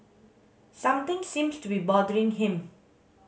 something seems to be bothering him